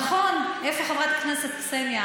נכון, איפה חברת הכנסת קסניה?